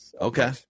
Okay